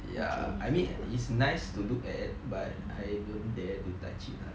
ya I mean it's nice to look at but I don't dare to touch it lah